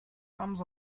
comes